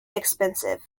expensive